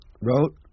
wrote